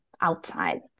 outside